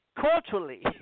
culturally